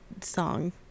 song